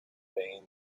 vein